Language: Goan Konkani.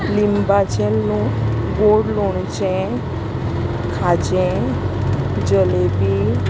लिंबाचें लोण गोड लोणचें खाजें जलेबी